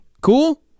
Cool